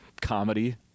comedy